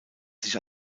sich